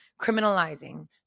criminalizing